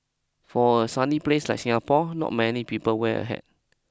for a sunny place like Singapore not many people wear a hat